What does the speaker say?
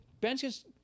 Ben's